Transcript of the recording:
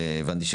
הבנתי,